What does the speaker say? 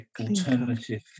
alternative